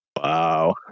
wow